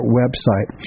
website